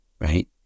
right